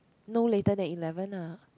no later than eleven ah